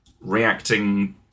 reacting